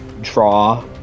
draw